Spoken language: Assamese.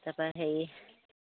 তাৰপৰা হেৰি